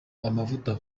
amavuta